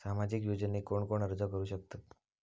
सामाजिक योजनेक कोण कोण अर्ज करू शकतत?